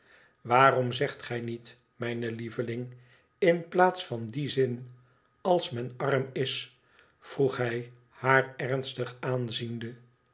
waarom zegt gij niet mijne lieveling in plaats van dien zin als men arm is vroeg hij haar ernstig aanziende